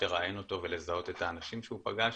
לראיין אותו ולזהות את האנשים שהוא פגש,